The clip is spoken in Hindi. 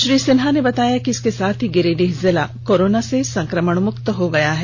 श्री सिन्हा ने बताया कि इसके साथ ही गिरिडीह जिला कोरोना से संकमणमुक्त हो गया है